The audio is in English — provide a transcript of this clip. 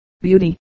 beauty